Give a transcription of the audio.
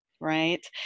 Right